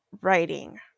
writing